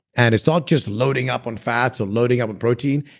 and it's not just loading up on fats or loading up on protein,